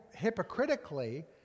hypocritically